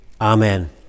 Amen